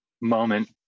moment